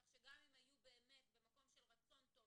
כך שגם אם היו באמת במקום של רצון טוב,